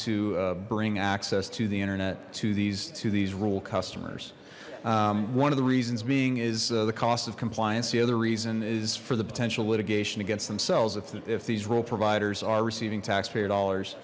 to bring access to the internet to these to these rural customers one of the reasons being is the cost of compliance the other reason is for the potential litigation against themselves if these role providers are receiving taxpayer dollars